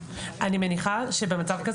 אני מניחה שבמצב כזה